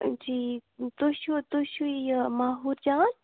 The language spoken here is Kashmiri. جی تُہۍ چھُوا تُہۍ چھُو یہِ ماہوٗر جان